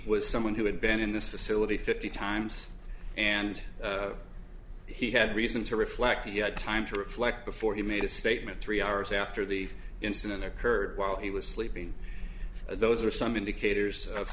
was someone who had been in this facility fifty times and he had reason to reflect he had time to reflect before he made a statement three hours after the incident occurred while he was sleeping those are some indicators of